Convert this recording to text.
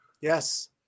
yes